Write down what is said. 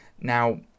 Now